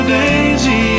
daisy